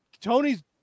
Tony's